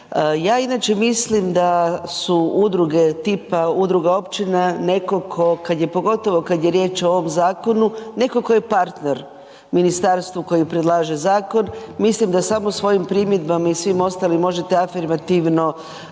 Ja inače mislim da su udruge tipa udruga općina netko tko, kad je, pogotovo kad je riječ o ovom zakonu netko tko je partner ministarstvu koji predlaže zakon. Mislim da samo svojim primjedbama i svim ostalim možete afirmativno